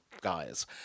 guys